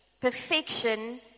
Perfection